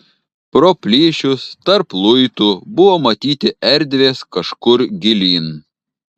pro plyšius tarp luitų buvo matyti erdvės kažkur gilyn